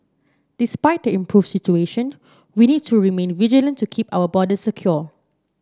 despite the improved situation we need to remain vigilant to keep our border secure